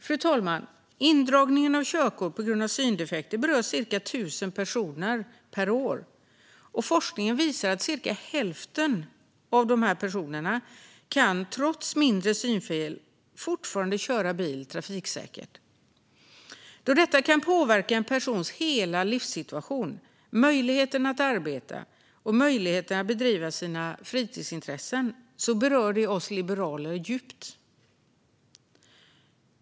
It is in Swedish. Fru talman! Indragning av körkort på grund av syndefekter berör cirka tusen personer per år, och forskning visar att cirka hälften av dessa trots mindre synfel fortfarande kan köra bil trafiksäkert. Då detta kan påverka en persons hela livssituation och möjligheten att arbeta och bedriva sina fritidsintressen berör det oss liberaler djupt.